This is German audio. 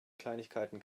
kleinigkeiten